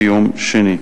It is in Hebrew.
ביום שני.